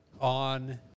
On